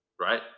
right